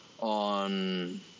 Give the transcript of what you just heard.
on